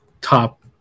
top